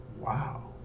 wow